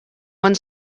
one